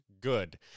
good